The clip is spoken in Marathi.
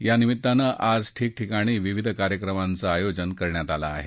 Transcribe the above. यानिमित्तानं आज ठिकठिकाणी विविध कार्यक्रमांचं आयोजन करण्यात आलं आहे